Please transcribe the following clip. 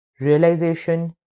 Realization